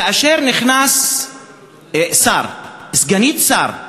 כאשר נכנס שר, סגנית שר,